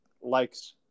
likes